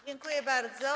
Dziękuję bardzo.